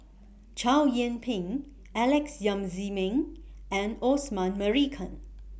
Chow Yian Ping Alex Yam Ziming and Osman Merican